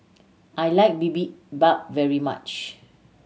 I like Bibimbap very much